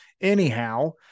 Anyhow